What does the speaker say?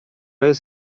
jest